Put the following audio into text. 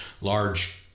large